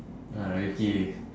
ah rifqi